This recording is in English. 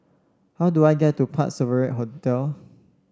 how do I get to Parc Sovereign Hotel